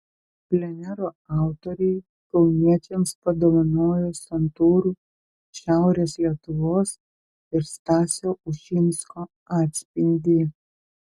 plenero autoriai kauniečiams padovanojo santūrų šiaurės lietuvos ir stasio ušinsko atspindį